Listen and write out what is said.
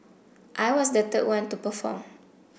I was the third one to perform